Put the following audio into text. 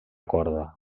corda